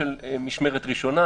שלחו באמצע הלילה מסמך,